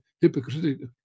hypocritical